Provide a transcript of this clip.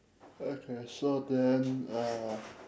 okay so then uh